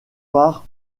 part